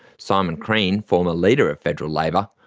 simon crean, former leader of federal labor,